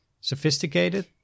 sophisticated